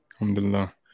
Alhamdulillah